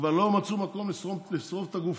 כבר לא מצאו מקום לשרוף את הגופות,